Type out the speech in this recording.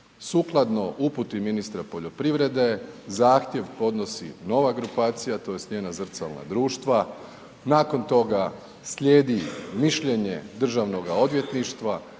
Sukladno uputi ministarstva poljoprivrede, zahtjev podnosi nova grupacija, tj. smjena zrcalna društva, nakon toga slijedi mišljenje Državnoga odvjetništva,